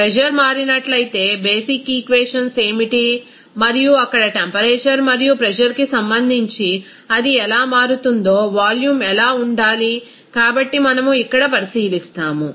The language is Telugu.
ప్రెజర్ మారినట్లయితే బేసిక్ ఈక్వేషన్స్ ఏమిటి మరియు అక్కడ టెంపరేచర్ మరియు ప్రెజర్ కి సంబంధించి అది ఎలా మారుతుందో వాల్యూమ్ ఎలా ఉండాలి కాబట్టి మనము ఇక్కడ పరిశీలిస్తాము